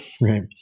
right